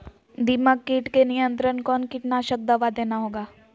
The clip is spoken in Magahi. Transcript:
दीमक किट के नियंत्रण कौन कीटनाशक दवा देना होगा?